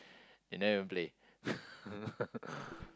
you never even play